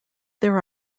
there